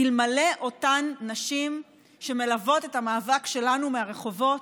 אלמלא אותן נשים שמלוות את המאבק שלנו מהרחובות,